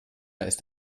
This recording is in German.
ist